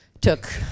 took